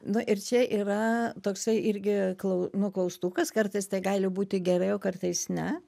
na ir čia yra toksai irgi klau nu klaustukas kartais tai gali būti geriai kartais ne